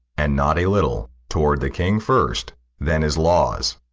and not a little toward the king first, then his lawes,